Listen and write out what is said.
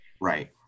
right